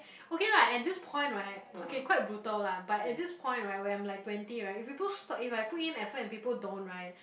okay lah at this point right okay quite brutal lah but at this point right when I'm like twenty right if people stop if I put in effort and people don't right